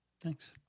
thanks